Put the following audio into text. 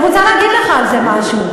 אז אני רוצה להגיד לך על זה משהו.